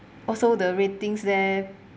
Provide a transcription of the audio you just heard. also the ratings there